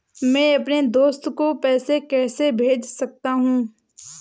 मैं अपने दोस्त को पैसे कैसे भेज सकता हूँ?